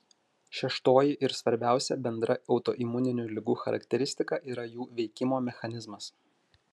šeštoji ir svarbiausia bendra autoimuninių ligų charakteristika yra jų veikimo mechanizmas